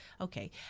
okay